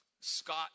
Scott